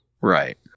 Right